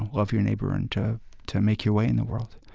love your neighbor and to to make your way in the world.